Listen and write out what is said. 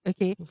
Okay